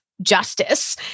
Justice